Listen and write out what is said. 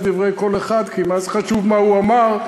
לדברי כל אחד כי מה זה חשוב מה הוא אמר,